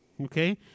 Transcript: okay